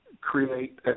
create